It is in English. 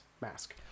mask